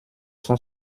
cent